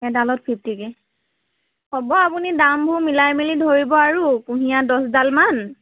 এডালত ফিফটিকে হ'ব আপুনি দামবোৰ মিলাই মিলি ধৰিব আৰু কুঁহিয়াৰ দহডাল মান